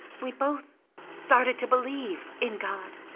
we both started to believe in god.